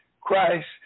Christ